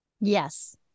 Yes